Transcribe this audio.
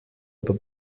oder